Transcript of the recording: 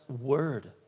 word